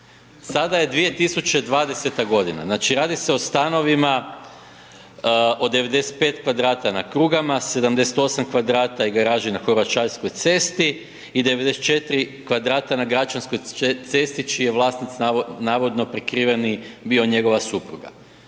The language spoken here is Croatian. sada je 2020. godina, znači radi se o stanovima od 95 kvadrata na Krugama, 78 kvadrata i garaži na Horvaćanskoj cesti i 94 kvadrata na Gračanskoj cesti čiji je vlasnik navodno prikriveni bio njegova supruga.